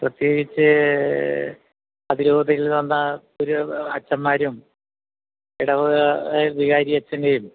പ്രത്യേകിച്ച് അതിരൂപതയിൽ വന്ന ഒരു അച്ചന്മാരും ഇടവക വികാരി അച്ഛൻറ്റെം